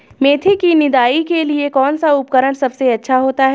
मेथी की निदाई के लिए कौन सा उपकरण सबसे अच्छा होता है?